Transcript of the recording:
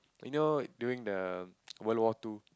you know during the World War Two